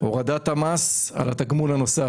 הורדת המס על התגמול הנוסף.